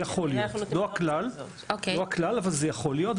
נכון, זה לא הכלל, אבל זה יכול להיות.